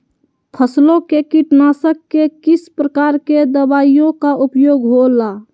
फसलों के कीटनाशक के किस प्रकार के दवाइयों का उपयोग हो ला?